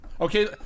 okay